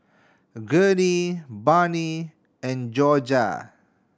Gurney Barney and Jorja